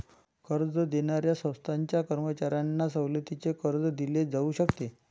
कर्ज देणाऱ्या संस्थांच्या कर्मचाऱ्यांना सवलतीचे कर्ज दिले जाऊ शकते